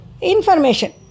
Information